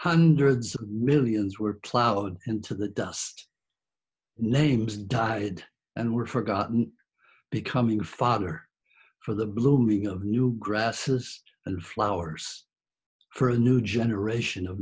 hundreds of millions were plowed into the dust names died and were forgotten becoming father for the blooming of new grasses and flowers for a new generation of